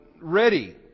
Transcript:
ready